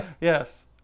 yes